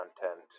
content